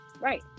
right